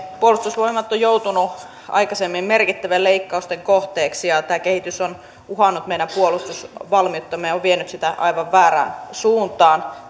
puolustusvoimat on joutunut aikaisemmin merkittävien leikkausten kohteeksi ja tämä kehitys on uhannut meidän puolustusvalmiuttamme ja on vienyt sitä aivan väärään suuntaan